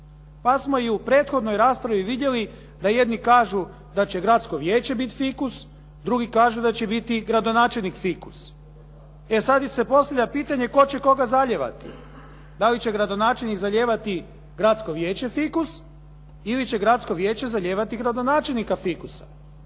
Pa smo i u prethodnoj raspravi vidjeli da jedni kažu da će gradsko vijeće biti fikus, drugi kažu da će biti gradonačelnik fikus. E sada se postavlja pitanje tko će koga zalijevati, da li će gradonačelnik zalijevati gradsko vijeće fikus ili će gradsko vijeće zalijevati gradonačelnika fikus,